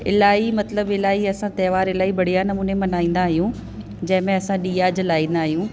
इलाही मतिलबु इलाही असां त्योहार बढ़िया नमूने मल्हाईंदा आहियूं जंहिंमे असां ॾीया जलाईंदा आहियूं